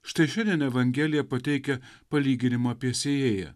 štai šiandien evangelija pateikia palyginimą apie sėjėją